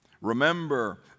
Remember